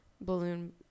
balloon